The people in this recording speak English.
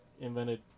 invented